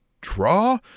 draw